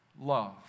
Love